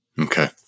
Okay